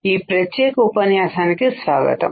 ఈ ప్రత్యేక ఉపన్యాసానికి స్వాగతం